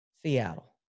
Seattle